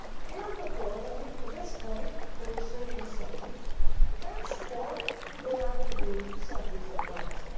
heretofore, that means to this point, they were satan's subjects henceforth they are to be subjects of christ.